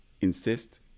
insist